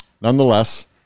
nonetheless